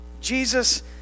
Jesus